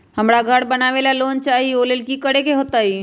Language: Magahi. हमरा घर बनाबे ला लोन चाहि ओ लेल की की करे के होतई?